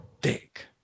dick